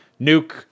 nuke